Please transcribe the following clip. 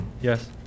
yes